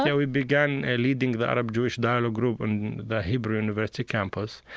yeah we began leading the arab-jewish dialogue group on the hebrew university campus.